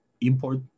import